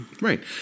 Right